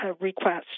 request